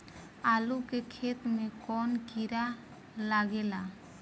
आलू के खेत मे कौन किड़ा लागे ला?